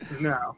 No